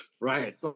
right